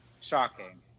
Shocking